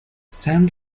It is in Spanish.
san